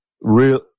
real